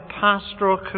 pastoral